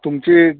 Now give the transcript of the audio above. तुमचे